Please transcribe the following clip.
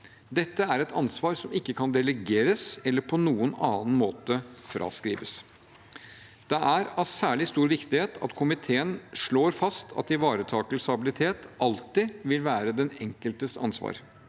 Dette er et ansvar som ikke kan delegeres eller på noen annen måte fraskrives. Det er av særlig stor viktighet at komiteen slår fast at ivaretakelse av habilitet alltid vil